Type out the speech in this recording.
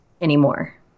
anymore